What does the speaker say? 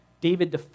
David